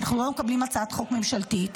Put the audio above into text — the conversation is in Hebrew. אנחנו לא מקבלים הצעת חוק ממשלתית,